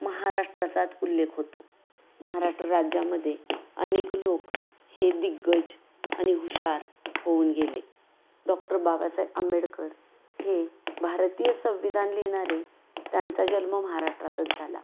महाराष्ट्राचाच उल्लेख होतो महाराष्ट्र राज्यामध्ये अनेक लोक हे दिग्गज आणि हुशार होऊन गेले डॉक्टर बाबासाहेब आंबेडकर हे भारतीय संविधान लिहिणारे त्यांचा जन्म महाराष्ट्रातच झाला